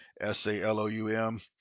S-A-L-O-U-M